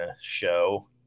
show